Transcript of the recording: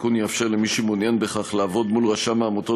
התיקון יאפשר למי שמעוניין בכך לעבוד מול רשם העמותות